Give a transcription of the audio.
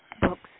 books